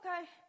okay